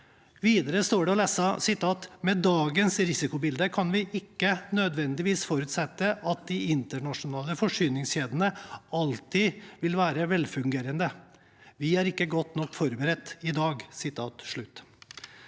Videre står det å lese: «Med dagens risikobilde kan vi ikke nødvendigvis forutsette at de internasjonale forsyningskjedene alltid vil være velfungerende.» Og: «Vi er ikke godt nok forberedt i dag.»